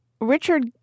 Richard